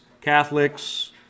Catholics